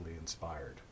inspired